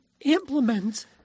implement